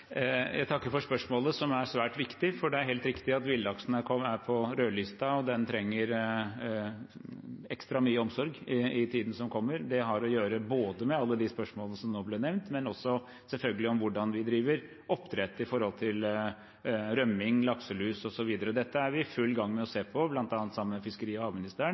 Jeg takker for spørsmålet, som er svært viktig, for det er helt riktig at villaksen er på rødlista, og den trenger ekstra mye omsorg i tiden som kommer. Det har å gjøre både med alle de spørsmålene som nå ble nevnt, og også selvfølgelig med hvordan vi driver oppdrett, med tanke på rømning, lakselus, osv. Dette er vi i full gang med å se på, bl.a. sammen med fiskeri- og havministeren.